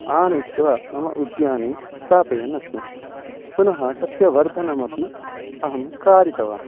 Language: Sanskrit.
आनीय मम उद्याने स्थापयन्नस्मि पुनः तस्य वर्धनमपि अहं कारितवान्